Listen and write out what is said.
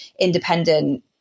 independent